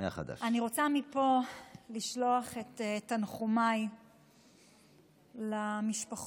רוצה מפה לשלוח את תנחומיי למשפחות